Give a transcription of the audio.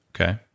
okay